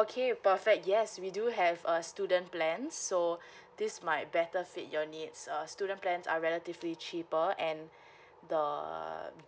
okay perfect yes we do have a student plans so this might better fit your needs a student plans are relatively cheaper and the